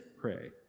pray